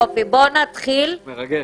מרגש.